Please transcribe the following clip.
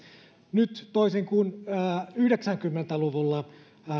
nyt toisin kuin yhdeksänkymmentä luvulla